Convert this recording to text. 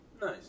Nice